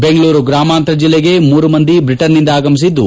ಬೆಂಗಳೂರು ಗ್ರಾಮಾಂತರ ಜಲ್ಲೆಗೆ ಮೂರು ಮಂದಿ ಬ್ರಿಟನ್ನಿಂದ ಆಗಮಿಸಿದ್ದು